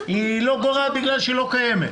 היא לא גורעת בגלל שהיא לא קיימת.